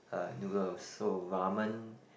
uh noodles so ramen